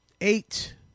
Eight